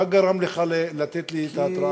מה גרם לך לתת לי את ההתרעה הזאת?